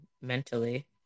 mentally